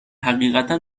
حقیقتا